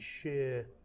sheer